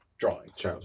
drawings